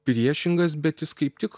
priešingas bet jis kaip tik